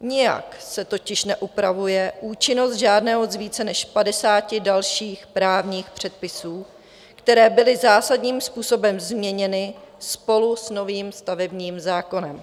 Nijak se totiž neupravuje účinnost žádného z více než padesáti dalších právních předpisů, které byly zásadním způsobem změněny spolu s novým stavebním zákonem.